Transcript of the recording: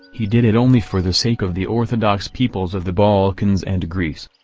he did it only for the sake of the orthodox peoples of the balkans and greece.